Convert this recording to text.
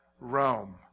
Rome